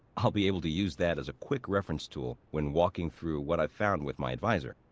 i'll be able to use that as a quick reference tool when walking through what i found with my advisor.